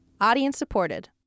Audience-supported